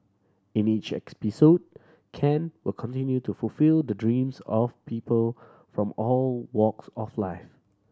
in each Ken will continue to fulfil the dreams of people from all walks of life